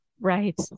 right